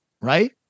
right